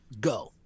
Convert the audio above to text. go